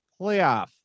playoff